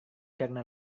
karena